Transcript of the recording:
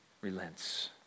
relents